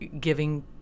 giving